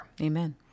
Amen